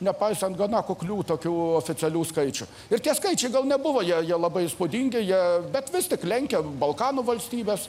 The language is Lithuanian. nepaisant gana kuklių tokių oficialių skaičių ir tie skaičiai gal nebuvo jie jie labai įspūdingi jie bet vis tik lenkia balkanų valstybes